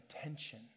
attention